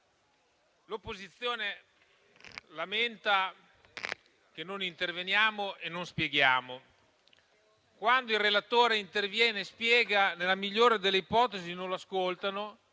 l'opposizione lamenta che non interveniamo e non spieghiamo. Quando il relatore interviene e spiega, nella migliore delle ipotesi non lo ascoltano;